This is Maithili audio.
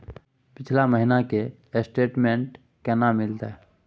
पिछला महीना के स्टेटमेंट केना मिलते?